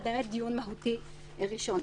אלא דיון מהותי ראשון.